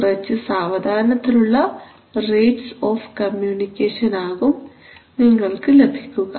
കുറച്ച് സാവധാനത്തിലുള്ള rates of communication ആകും നിങ്ങൾക്ക് ലഭിക്കുക